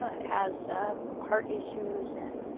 ah has ah heart issues and,